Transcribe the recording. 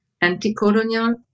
anti-colonial